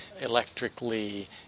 electrically